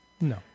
No